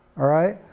alright?